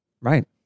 Right